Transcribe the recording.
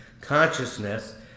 consciousness